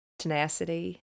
tenacity